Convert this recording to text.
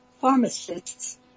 pharmacists